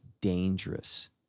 dangerous